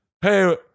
hey